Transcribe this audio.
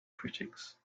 critics